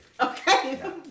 Okay